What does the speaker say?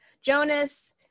Jonas